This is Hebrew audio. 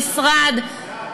ובמשרד, אני בעד.